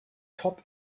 top